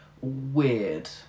weird